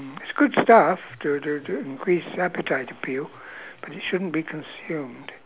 mm it's good stuff to to to increase appetite appeal but it shouldn't be consumed